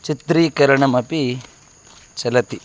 चित्रीकरणमपि चलति